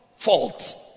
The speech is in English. Fault